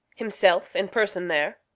himself in person there?